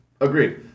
Agreed